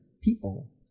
people